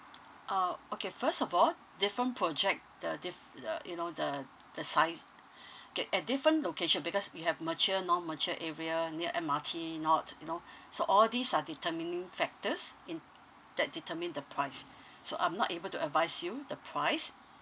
uh okay first of all different project the dif~ uh you know the the size okay at different location because we have mature non mature area near M_R_T not you know so all these are determining factors in that determine the price so I'm not able to advise you the price